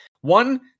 one